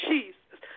Jesus